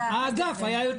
האגף היה יותר טוב.